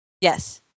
Yes